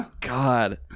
God